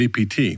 APT